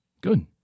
good